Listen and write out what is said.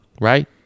right